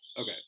Okay